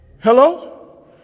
Hello